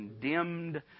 condemned